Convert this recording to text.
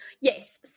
yes